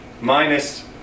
minus